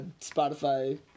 Spotify